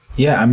yeah. um